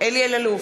אלי אלאלוף,